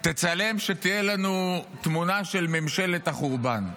תצלם, שתהיה לנו תמונה של ממשלת החורבן.